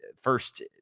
first